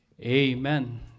Amen